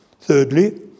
Thirdly